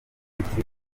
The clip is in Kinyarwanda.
inshuti